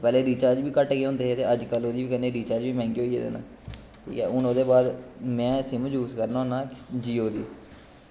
पैह्लें रिचार्ज बी घट्ट होंदे हे ते अज्ज कल ओह्दी बज़ा नै रिचार्ज बी मैंह्गे होई गेदे नै ठीक ऐ ओह्दै बाद में सिम यूस करना होना जीयो दी